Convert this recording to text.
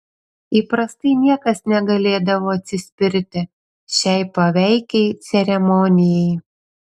įprastai niekas negalėdavo atsispirti šiai paveikiai ceremonijai